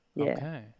Okay